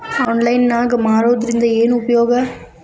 Online ನಾಗ್ ಮಾರೋದ್ರಿಂದ ಏನು ಉಪಯೋಗ?